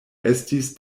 estis